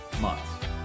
months